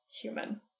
human